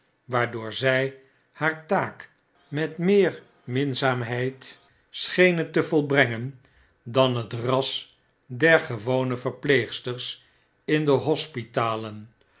waardoor zjj haar taak met meer minzaamheid schenen te volbrengen dan het ras dergewone verpleegsters in de